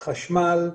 חשמל,